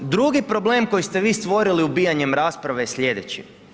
I drugi problem koji ste vi stvorili ubijanjem rasprave je sljedeći.